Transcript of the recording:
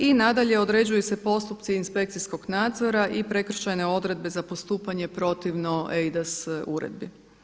I nadalje, određuju se postupci inspekcijskog nadzora i prekršajne odredbe za postupanje protivno eIDAS uredbi.